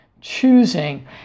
choosing